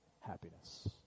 happiness